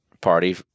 party